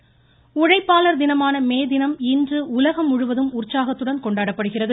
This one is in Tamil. மே தினம் உழைப்பாளர் தினமான மே தினம் இன்று உலகம் முழுவதும் உற்சாகத்துடன் கொண்டாடப்படுகிறது